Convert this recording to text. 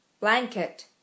Blanket